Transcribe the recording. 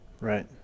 Right